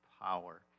power